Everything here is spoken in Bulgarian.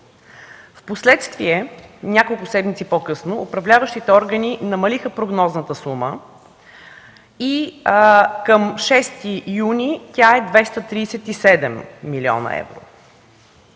Впоследствие – няколко седмици по-късно, управляващите органи намалиха прогнозната сума и към 6 юни тя е 237 млн. евро.